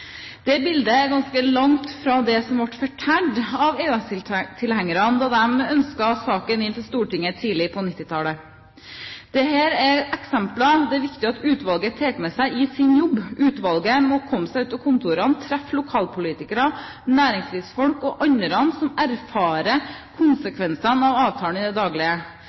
bildet er ganske langt fra det som ble fortalt av EØS-tilhengerne da de ønsket saken inn til Stortinget tidlig på 1990-tallet. Dette er eksempler som det er viktig at utvalget tar med seg i sin jobb. Utvalget må komme seg ut av kontorene, treffe lokalpolitikere, næringslivsfolk og andre som erfarer konsekvensene av avtalen i det daglige.